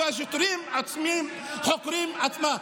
והשוטרים עצמם חוקרים את עצמם.